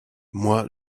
moi